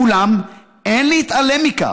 אולם אין להתעלם מכך,